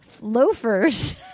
loafers